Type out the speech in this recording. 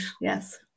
Yes